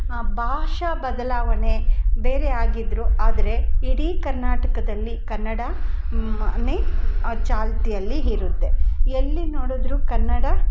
ಆ ಭಾಷಾ ಬದಲಾವಣೆ ಬೇರೆ ಆಗಿದ್ರು ಆದ್ರೆ ಇಡೀ ಕರ್ನಾಟಕದಲ್ಲಿ ಕನ್ನಡ ನೇ ಚಾಲ್ತಿಯಲ್ಲಿ ಇರುತ್ತೆ ಎಲ್ಲಿ ನೋಡಿದ್ರು ಕನ್ನಡ